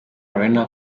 arena